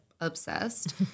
obsessed